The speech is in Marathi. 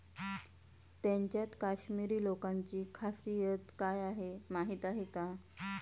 त्यांच्यात काश्मिरी लोकांची खासियत काय आहे माहीत आहे का?